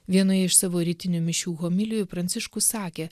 vienoje iš savo rytinių mišių homilijoj pranciškus sakė